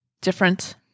different